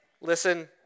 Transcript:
listen